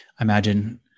imagine